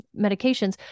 medications